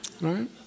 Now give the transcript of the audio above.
Right